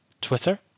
Twitter